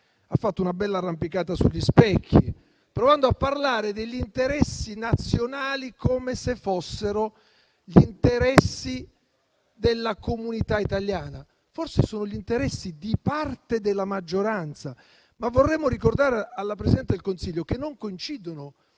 facendo una bella arrampicata sugli specchi e provando a parlare degli interessi nazionali come se fossero gli interessi della comunità italiana. Forse sono gli interessi di parte della maggioranza. Ma vorremmo ricordare alla Presidente del Consiglio che non coincidono